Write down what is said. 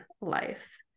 life